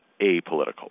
apolitical